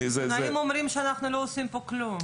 ואומרים שאנחנו לא עושים פה כלום.